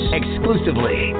exclusively